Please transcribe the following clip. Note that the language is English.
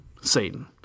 Satan